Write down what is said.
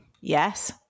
Yes